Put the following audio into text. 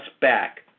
back